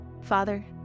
Father